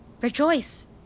Rejoice